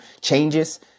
changes